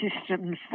systems